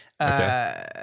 Okay